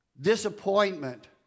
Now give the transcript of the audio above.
disappointment